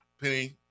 Penny